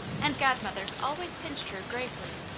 and godmother always pinched her, gravely,